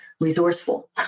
resourceful